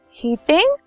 heating